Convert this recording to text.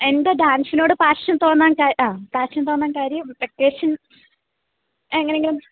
എന്താണ് ഡാൻസിനോട് പാഷൻ തോന്നാൻ ആ പാഷൻ തോന്നാൻ കാര്യം വെക്കേഷൻ എങ്ങനെ എങ്കിലും